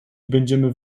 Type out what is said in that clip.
będziemy